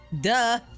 duh